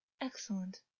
Excellent